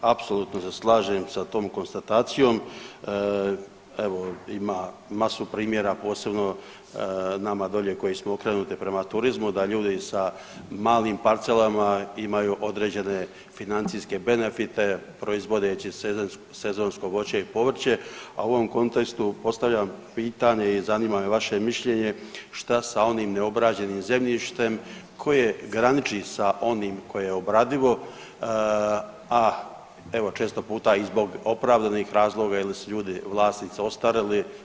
Apsolutno se slažem sa tom konstatacijom evo ima masu primjera posebno nama dolje koji smo okrenuti prema turizmu, da ljudi sa malim parcelama imaju određene financijske benefite proizvodeći sezonsko voće i povrće, a u ovom kontekstu postavljam pitanje i zanima me vaše mišljenje šta sa onim neobrađenim zemljištem koje graniči sa onim koje je obradivo, a evo često puta i zbog opravdanih razloga ili su ljudi vlasnici ostarili.